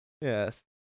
Yes